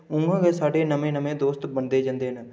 उ'आं गै साढ़े नमें दोस्त बनदे जंदे न